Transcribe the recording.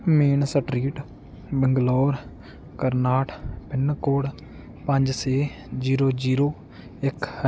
main street Bangalore Karnataka pin code ਪੰਜ ਛੇ zero zero ਇੱਕ ਹੈ